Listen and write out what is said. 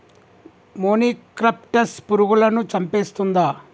మొనిక్రప్టస్ పురుగులను చంపేస్తుందా?